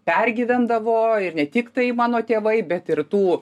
pergyvendavo ir ne tik tai mano tėvai bet ir tų